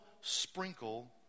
sprinkle